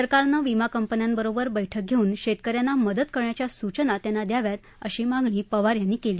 सरकारनं विमा कंपन्यांबरोबर बैठक घेऊन शेतक यांना मदत करण्याच्या सूचना त्यांना द्याव्यात अशी मागणी पवार यांनी केली